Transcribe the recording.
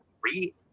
three